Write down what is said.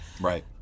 right